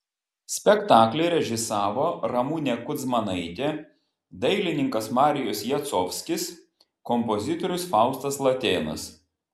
spektaklį režisavo ramunė kudzmanaitė dailininkas marijus jacovskis kompozitorius faustas latėnas